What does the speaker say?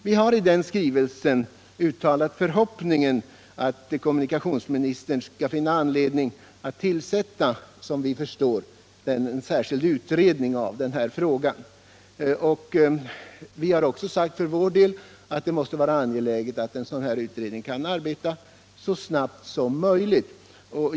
Vi har i skrivelsen uttalat förhoppningen att kommunikationsministern skall finna anledning att tillsätta en särskild utredning i denna fråga. Vi har också förklarat att det är angeläget att en sådan utredning kan arbeta så snabbt som möjligt.